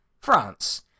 France